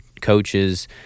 coaches